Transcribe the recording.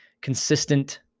consistent